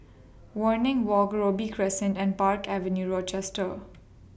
Waringin Walk Robey Crescent and Park Avenue Rochester